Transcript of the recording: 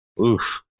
Oof